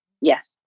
Yes